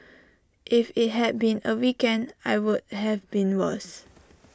if IT had been A weekend I would have been worse